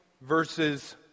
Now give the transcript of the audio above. verses